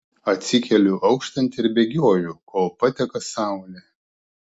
atsikeliu auštant ir bėgioju kol pateka saulė